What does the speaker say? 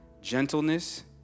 gentleness